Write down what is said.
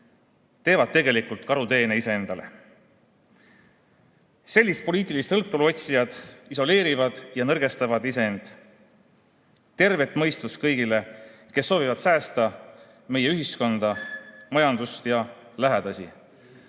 teevad tegelikult karuteene iseendale. Sellist poliitilist hõlptulu otsijad isoleerivad ja nõrgestavad iseend. Tervet mõistust kõigile, kes soovivad säästa meie ühiskonda, majandust ja lähedasi!